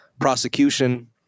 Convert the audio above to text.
prosecution